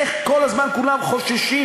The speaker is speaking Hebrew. איך כל הזמן כולם חוששים?